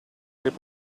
delle